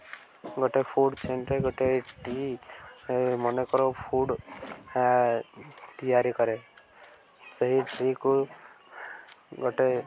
ଗୋଟେ ଫୁଡ଼୍ ଚେନ୍ରେ ଗୋଟେ ଟି ମନେକର ଫୁଡ଼୍ ତିଆରି କରେ ସେହି ଟିକୁ ଗୋଟେ